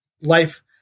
life